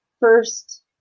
First